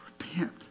repent